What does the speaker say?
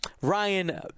Ryan